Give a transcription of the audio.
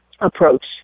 approach